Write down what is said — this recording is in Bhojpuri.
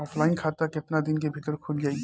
ऑफलाइन खाता केतना दिन के भीतर खुल जाई?